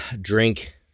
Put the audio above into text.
drink